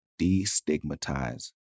destigmatize